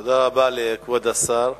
רבה לכבוד השר.